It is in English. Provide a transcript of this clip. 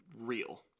real